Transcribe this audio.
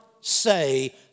say